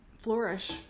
flourish